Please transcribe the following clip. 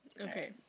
Okay